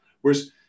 Whereas